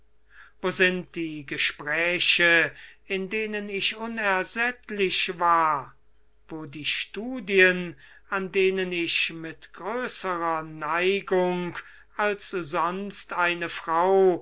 wo sind die gespräche in denen ich unersättlich war wo die studien an denen ich mit größerer neigung als eine frau